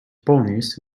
ponies